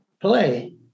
play